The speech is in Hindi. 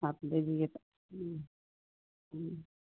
आप ले लीजिए तो